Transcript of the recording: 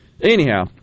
Anyhow